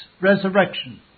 resurrection